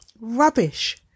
rubbish